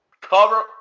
cover